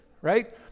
right